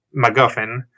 MacGuffin